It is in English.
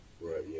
Right